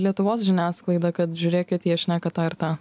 lietuvos žiniasklaidą kad žiūrėkit jie šneka tą ir tą